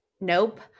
Nope